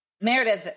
Meredith